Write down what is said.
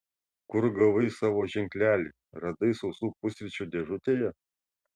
kur gavai savo ženklelį radai sausų pusryčių dėžutėje